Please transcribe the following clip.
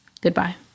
goodbye